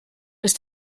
ist